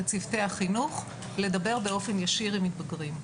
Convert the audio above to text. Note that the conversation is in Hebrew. את צוותי החינוך לדבר באופן ישיר עם מתבגרים.